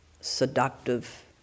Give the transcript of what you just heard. seductive